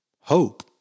hope